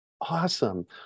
Awesome